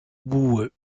boueux